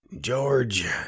George